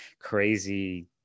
crazy